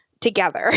together